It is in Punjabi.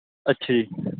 ਅੱਛਾ ਜੀ